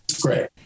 great